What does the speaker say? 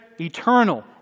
eternal